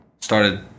started